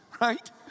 right